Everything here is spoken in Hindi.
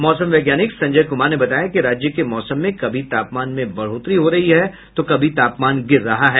मौसम वैज्ञानिक संजय कुमार ने बताया कि राज्य के मौसम में कभी तापमान में बढ़ोतरी हो रही है तो कभी तापमान गिर रहा है